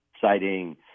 citing